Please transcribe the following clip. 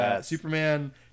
Superman